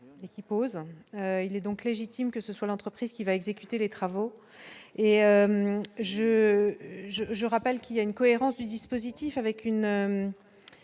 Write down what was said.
et qui pose, il est donc légitime que ce soit l'entreprise qui va exécuter les travaux et je, je, je rappelle qu'il y a une cohérence du dispositif avec une